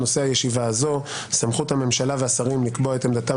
נושא הישיבה: סמכות הממשלה והשרים לקבוע את עמדתם